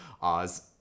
oz